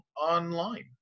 online